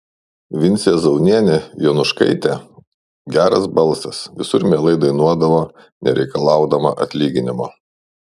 vincė zaunienė jonuškaitė geras balsas visur mielai dainuodavo nereikalaudama atlyginimo